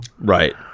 Right